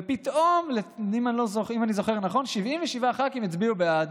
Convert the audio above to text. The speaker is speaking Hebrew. ופתאום, אם אני זוכר נכון, 77 ח"כים הצביעו בעד,